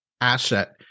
asset